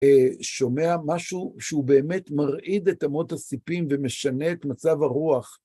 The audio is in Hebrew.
שומע משהו שהוא באמת מרעיד את אמות הסיפים ומשנה את מצב הרוח.